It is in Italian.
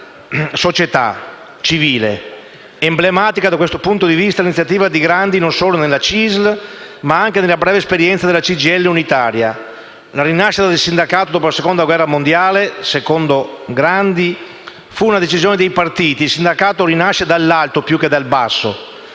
società civile; emblematica da questo punto di vista l'iniziativa di Grandi non solo nella CISL, ma anche nella breve esperienza della CGIL unitaria. La rinascita del sindacato dopo la Seconda guerra mondiale, secondo Grandi, fu una decisione dei partiti; il sindacato rinasce dall'alto più che dal basso.